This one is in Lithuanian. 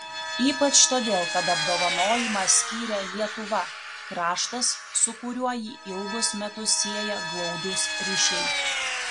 ypač todėl kad apdovanojimą skyrė lietuva kraštas su kuriuo jį ilgus metus sieja glaudūs ryšiai